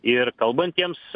ir kalbantiems